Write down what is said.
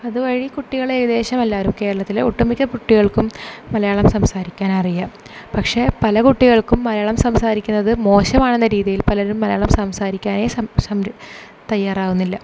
അതുവഴി കുട്ടികൾ ഏകദേശം എല്ലാവരും കേരളത്തിലെ ഒട്ടുമിക്ക കുട്ടികൾക്കും മലയാളം സംസാരിക്കാനറിയാം പക്ഷെ പല കുട്ടികൾക്കും മലയാളം സംസാരിക്കുന്നത് മോശമാണെന്ന രീതിയിൽ പലരും മലയാളം സംസാരിക്കാൻ സം തയ്യാറാകുന്നില്ല